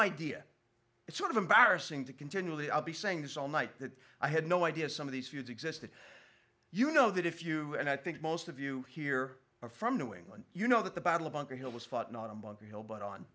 idea it's sort of embarrassing to continually i'll be saying this all night that i had no idea some of these feuds existed you know that if you and i think most of you here are from new england you know that the battle of bunker hill was fought not on bunker hill but on